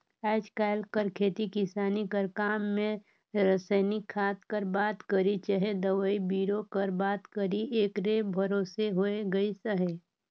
आएज काएल कर खेती किसानी कर काम में रसइनिक खाद कर बात करी चहे दवई बीरो कर बात करी एकरे भरोसे होए गइस अहे